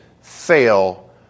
fail